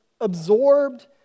absorbed